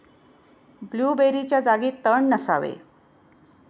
ब्लूबेरीच्या जागी तण नसावे